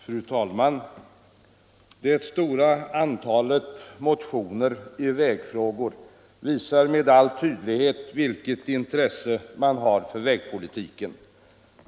Fru talman! Det stora antalet motioner i vägfrågor visar med all tydlighet vilket intresse man har för vägpolitiken.